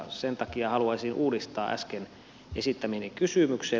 sen takia haluaisin uudistaa äsken esittämäni kysymyksen